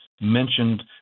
mentioned